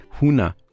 Huna